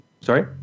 sorry